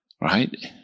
right